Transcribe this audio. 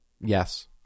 Yes